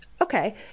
Okay